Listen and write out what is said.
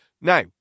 Now